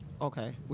okay